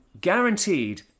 guaranteed